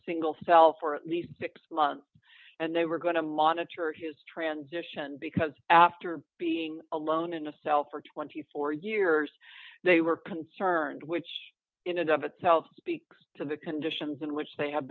single cell for at least six months and they were going to monitor his transition because after being alone in a cell for twenty four years they were concerned which in and of itself speaks to the conditions in which they ha